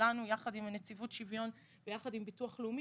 יחד עם נציבות שוויון ויחד עם ביטוח לאומי.